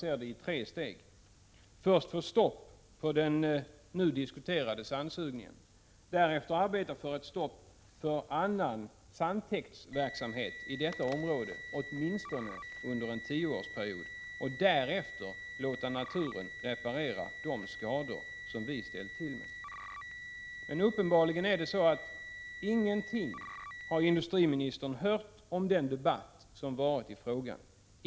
Först måste vi få stopp på den nu diskuterade sandsugningen, därefter måste vi arbeta för ett stopp på annan sandtäktsverksamhet i detta område — åtminstone under en tioårsperiod — och därefter måste vi låta naturen reparera de skador som vi ställt till med. Uppenbarligen är det så att industriministern inte hört något av den debatt som förts i frågan.